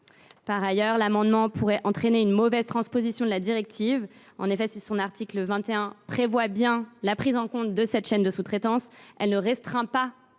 de cet amendement pourrait entraîner une mauvaise transposition de la directive. En effet, si son article 21 prévoit bien la prise en compte de cette chaîne de sous traitance, elle ne restreint pas